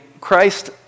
Christ